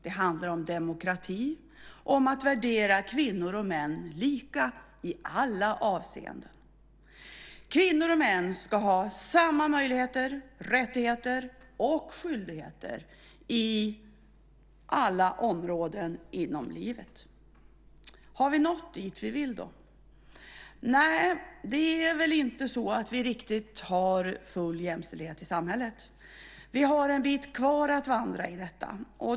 Det handlar om demokrati, om att värdera kvinnor och män lika i alla avseenden. Kvinnor och män ska ha samma möjligheter, rättigheter och skyldigheter inom alla områden i livet. Har vi nått dit vi vill? Nej, det är väl inte så att vi riktigt har full jämställdhet i samhället. Vi har en bit kvar att vandra i detta.